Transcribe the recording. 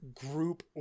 group